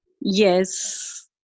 Yes